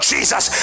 Jesus